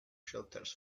shelters